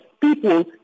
people